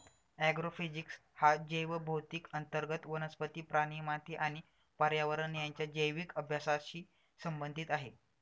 agrophysics हा जैवभौतिकी अंतर्गत वनस्पती, प्राणी, माती आणि पर्यावरण यांच्या जैविक अभ्यासाशी संबंधित आहे